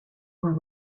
were